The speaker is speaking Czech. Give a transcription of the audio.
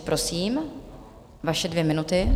Prosím, vaše dvě minuty.